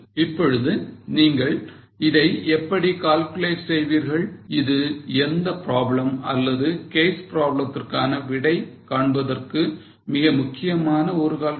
இப்பொழுது நீங்கள் இதை எப்படி calculate செய்வீர்கள் இது எந்த problem அல்லது case problem திற்கான விடை காண்பதற்கு மிக முக்கியமான ஒரு calculation